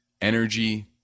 energy